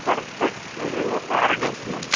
Surf Excel ఒక అరడజను